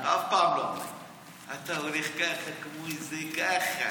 אתה הולך ככה, כמו איזה ככה.